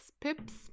Pips